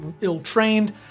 ill-trained